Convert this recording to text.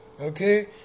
Okay